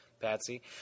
Patsy